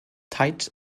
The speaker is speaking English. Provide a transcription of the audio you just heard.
tight